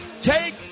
Take